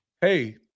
hey